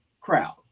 crowd